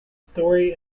story